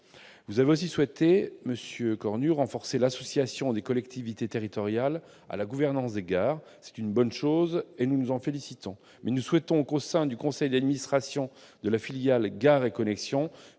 Vous avez aussi souhaité, monsieur Cornu, renforcer l'association des collectivités territoriales à la gouvernance des gares. C'est une bonne chose, et nous nous en félicitons. Nous souhaitons toutefois que, au sein du conseil d'administration de la filiale Gares & Connexions,